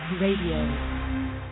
Radio